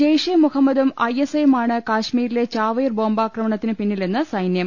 ജെയ്ഷെ മുഹമ്മദും I S ഐയുമാണ് കശ്മീരിലെ ചാവേർ ബോംബാക്രമണത്തിന് പിന്നിലെന്ന് സൈന്യം